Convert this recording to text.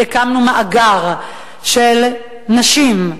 הקמנו מאגר של נשים,